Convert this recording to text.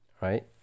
right